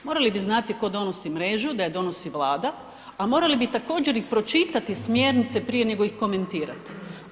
Morali bi znati tko donosi mrežu, da je donosi Vlada, a morali bi također i pročitati smjernice prije nego ih komentirate.